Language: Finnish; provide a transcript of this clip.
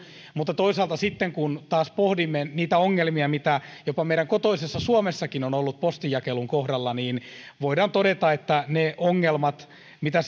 mutta toisaalta sitten kun taas pohdimme niitä ongelmia mitä jopa meidän kotoisessa suomessammekin on ollut postinjakelun kohdalla voidaan todeta että ne ongelmat mitä